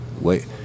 Wait